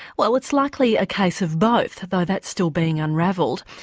well it's likely a case of both, though that's still being unravelled.